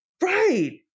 Right